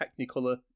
Technicolor